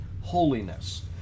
holiness